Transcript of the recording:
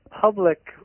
public